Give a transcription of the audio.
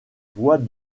voies